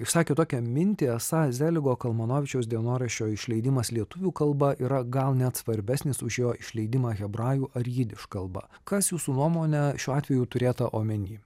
išsakė tokią mintį esą zeligo kalmanovičiaus dienoraščio išleidimas lietuvių kalba yra gal net svarbesnis už jo išleidimą hebrajų ar jidiš kalba kas jūsų nuomone šiuo atveju turėta omeny